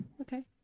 okay